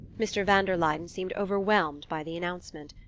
mr. van der luyden seemed overwhelmed by the announcement.